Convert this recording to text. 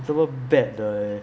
这么 bad 的 eh